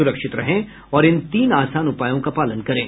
सुरक्षित रहें और इन तीन आसान उपायों का पालन करें